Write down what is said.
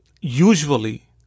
usually